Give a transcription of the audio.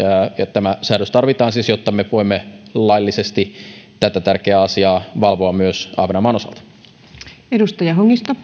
tämä säädös tarvitaan siis jotta me voimme laillisesti valvoa tätä tärkeää asiaa myös ahvenanmaan osalta